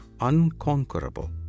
unconquerable